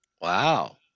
Wow